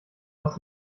aus